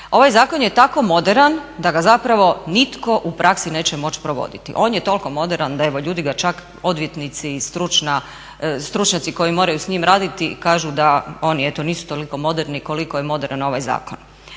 Ovaj zakon je tako moderan da ga zapravo nitko u praksi neće moći provoditi. On je toliko moderan da evo ljudi ga čak odvjetnici i stručnjaci koji moraju s njim raditi kažu da oni eto nisu toliko moderni koliko je moderan ovaj zakon.